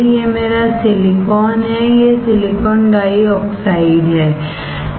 यह मेरा सिलिकॉन है यह सिलिकॉन डाइऑक्साइडहै